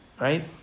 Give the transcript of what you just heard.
Right